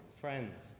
friends